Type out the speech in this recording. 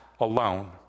alone